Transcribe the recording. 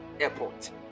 airport